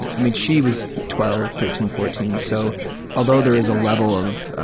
and i mean, she was twelve, thirteen, fourteen, so although there is a level of